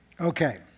okay